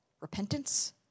repentance